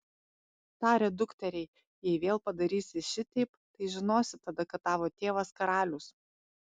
tarė dukteriai jei vėl padarysi šiteip tai žinosi tada kad tavo tėvas karalius